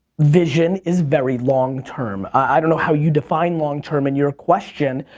vision is very long-term. i don't know how you define long-term in your question,